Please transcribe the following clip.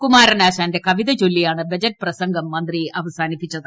കുമാരനാ ശാന്റെ കവിത ചൊല്ലിയാണ് ബജറ്റ് പ്രസംഗം മന്ത്രി അവസാനിപ്പിച്ചത്